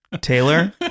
Taylor